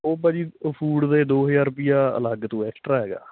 ਉਹ ਭਾ ਭਾਅ ਜੀ ਫੂਡ ਦੇ ਦੋ ਹਜਾਰ ਰੁਪਈਆ ਅਲੱਗ ਤੋਂ ਐਕਸਟਰਾ ਹੈਗਾ